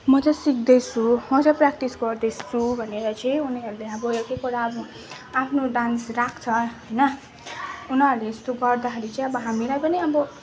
म चाहिँ सिक्दैछु म चाहिँ प्र्याक्टिस गर्दैछु भनेर चाहिँ उनीहरूले अब एक एकवटा अब आफ्नो डान्स राख्छ होइन उनीहरूले यस्तो गर्दाखेरि चाहिँ अब हामीलाई पनि अब